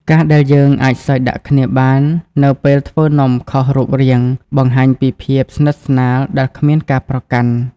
ការដែលយើងអាចសើចដាក់គ្នាបាននៅពេលធ្វើនំខុសរូបរាង បង្ហាញពីភាពស្និទ្ធស្នាលដែលគ្មានការប្រកាន់។